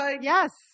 Yes